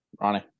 Ronnie